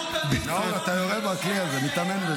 --- נאור, אתה יורה בכלי הזה, מתאמן בזה.